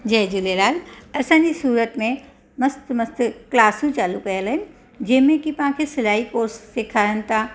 जय झूलेलाल असांजे सूरत में मस्तु मस्तु क्लासूं चालू कयल आहिनि जंहिंमें की तव्हांखे सिलाई कोर्स सेखारनि था